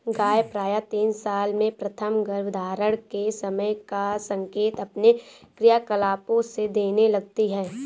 गाय प्रायः तीन साल में प्रथम गर्भधारण के समय का संकेत अपने क्रियाकलापों से देने लगती हैं